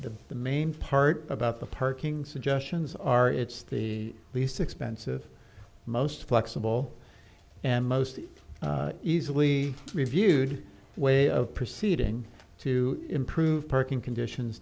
the the main part about the parking suggestions are it's the least expensive most flexible and most easily reviewed way of proceeding to improve perking conditions